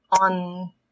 on